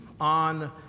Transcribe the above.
on